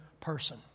person